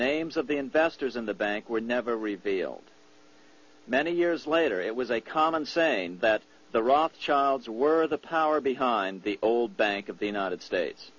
names of the investors in the bank were never revealed many years later it was a common saying that the rothschilds were the power behind the old bank of the united states